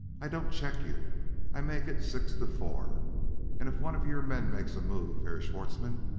i don't check you i make it six to four and if one of your men makes a move, herr schwartzmann,